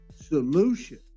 solution